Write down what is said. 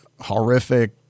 horrific